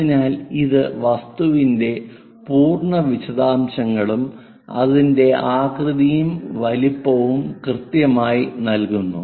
അതിനാൽ ഇത് വസ്തുവിന്റെ പൂർണ വിശദാംശങ്ങളും അതിന്റെ ആകൃതിയും വലുപ്പവും കൃത്യമായി നൽകുന്നു